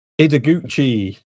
Idaguchi